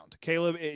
Caleb